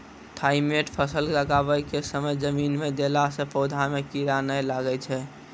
Thimet फ़सल लगाबै के समय जमीन मे देला से पौधा मे कीड़ा नैय लागै छै?